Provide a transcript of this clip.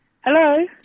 Hello